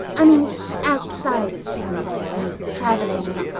i mean outside of piffling vale? any travelling?